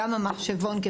גם המחשבון להשלמת הכנסה,